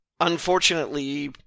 Unfortunately